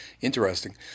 interesting